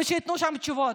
ושייתנו שם תשובות.